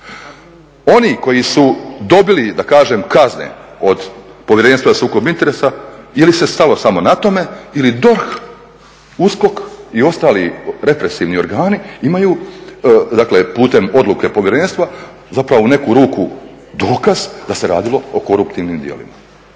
Oni koji su dobili da kažem kazne od Povjerenstva za sukob interesa je li se stalo samo na tome ili DORH, USKOK i ostali represivni organi imaju dakle putem odluke povjerenstva zapravo u neku ruku dokaz da se radilo o koruptivnim djelima?